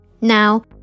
Now